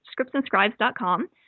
scriptsandscribes.com